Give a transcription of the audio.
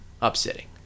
upsetting